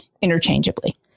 interchangeably